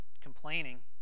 complaining